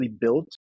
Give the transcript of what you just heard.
built